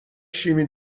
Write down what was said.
شیمی